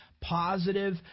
positive